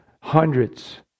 hundreds